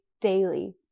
daily